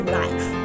life